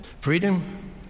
Freedom